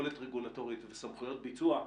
יכולת רגולטורית וסמכויות ביצוע,